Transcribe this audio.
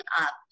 up